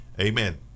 amen